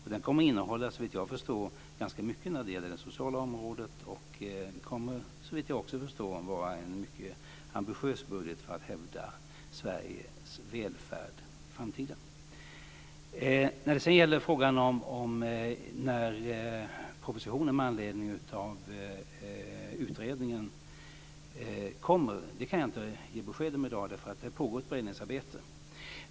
Såvitt jag förstår kommer den att innehålla ganska mycket på det sociala området, och det kommer också, såvitt jag förstår, att vara en mycket ambitiös budget för att hävda Sveriges välfärd i framtiden. När det gäller frågan om när propositionen med anledning av utredningen kommer, kan jag inte ge besked om det i dag. Det pågår ett beredningsarbete.